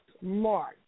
March